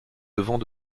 devant